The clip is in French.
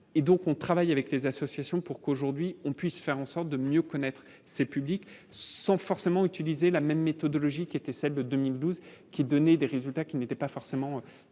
et donc on travaille avec les associations pour qu'aujourd'hui on puisse faire en sorte de mieux connaître ses publics sans forcément utiliser la même méthodologie qui était celle de 2012, qui donnait des résultats qui n'étaient pas forcément